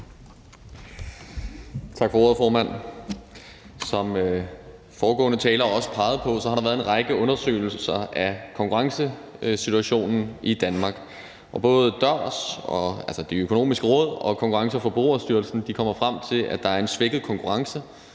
Tak for ordet, formand. Som foregående talere også har peget på, har der været en række undersøgelser af konkurrencesituationen i Danmark, og både Det Økonomiske Råd og Konkurrence- og Forbrugerstyrelsen kommer frem til, at der er en svækket konkurrence